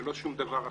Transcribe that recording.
ולא שום דבר אחר.